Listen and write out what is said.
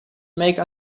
make